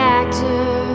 actor